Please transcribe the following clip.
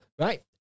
Right